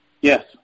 Yes